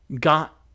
got